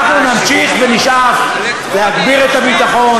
אנחנו נמשיך ונשאף להגביר את הביטחון,